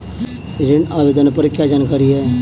ऋण आवेदन पर क्या जानकारी है?